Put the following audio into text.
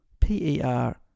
P-E-R